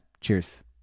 Cheers